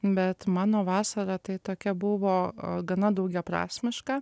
bet mano vasara tai tokia buvo gana daugiaprasmiška